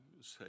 say